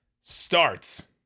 starts